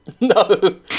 No